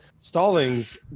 Stallings